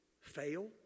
fail